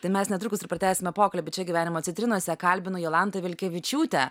tai mes netrukus ir pratęsime pokalbį čia gyvenimo citrinose kalbinu jolantą vilkevičiūtę